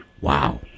Wow